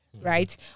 right